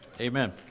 Amen